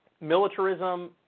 militarism